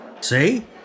See